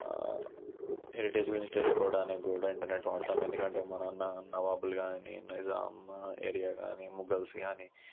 heritage గురించి తెలుసుకోవడానికి కూడా ఇంటర్నెట్ వాడుతాము ఎందుకంటే మన నవాబులు కాని నిజాం ఏరియా కానీ మొగల్స్ కాని